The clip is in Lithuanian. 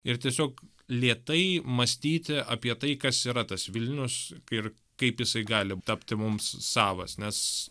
ir tiesiog lėtai mąstyti apie tai kas yra tas vilnius ir kaip jisai gali tapti mums savas nes